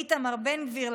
איתמר בן גביר,